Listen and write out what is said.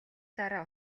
дараа